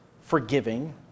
forgiving